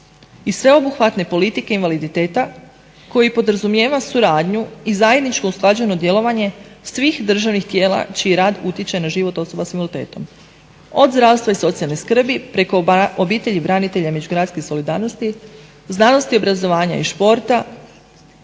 i sveobuhvatne politike invaliditeta koji podrazumijeva suradnju i zajedničko usklađeno djelovanje svih državnih tijela čiji rad utječe na život osoba s invaliditetom, od zdravstva i socijalne skrbi preko obitelji i branitelja međugeneracijske solidarnosti, znanosti, obrazovanja i športa,